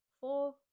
four